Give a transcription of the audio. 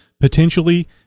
potentially